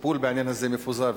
הטיפול בעניין הזה מפוזר,